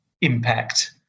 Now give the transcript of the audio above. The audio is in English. impact